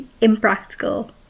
impractical